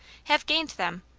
have gained them,